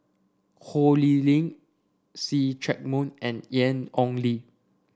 Ho Lee Ling See Chak Mun and Ian Ong Li